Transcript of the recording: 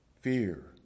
fear